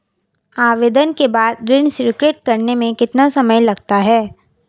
आवेदन के बाद ऋण स्वीकृत करने में कितना समय लगता है?